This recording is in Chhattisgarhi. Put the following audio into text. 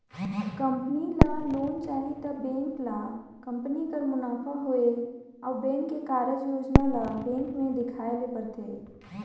कंपनी ल लोन चाही त बेंक ल कंपनी कर मुनाफा होए अउ बेंक के कारज योजना ल बेंक में देखाए ले परथे